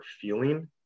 feeling